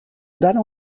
dalle